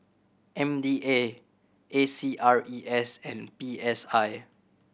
M D A A C R E S and P S I